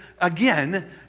again